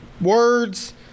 words